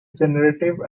generative